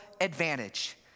advantage